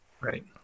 Right